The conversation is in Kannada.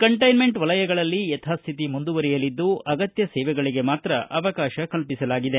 ಕಂಟೈನ್ಮೆಂಟ್ ವಲಯಗಳಲ್ಲಿ ಯಥಾಶ್ಠಿತಿ ಮುಂದುವರಿಯಲಿದ್ದು ಅಗತ್ಯ ಸೇವೆಗಳಿಗೆ ಮಾತ್ರ ಅವಕಾಶ ಕಲ್ಪಿಸಲಾಗಿದೆ